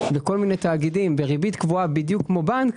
לכל מיני תאגידים בריבית קבועה בדיוק כמו בנק,